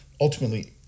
ultimately